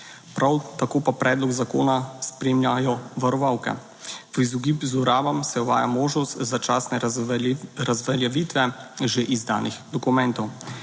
Prav tako pa predlog zakona spremljajo varovalke; v izogib zlorabam se uvaja možnost začasne razveljavitve že izdanih dokumentov.